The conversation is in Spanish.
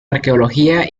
arqueología